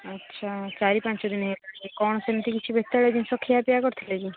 ଆଚ୍ଛା ଚାରି ପାଞ୍ଚ ଦିନ ହେଲାଣି କ'ଣ କେମିତି କିଛି ବେତାଳିଆ ଜିନିଷ ଖିଆପିଆ କରିଥିଲେ କି